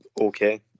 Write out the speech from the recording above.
okay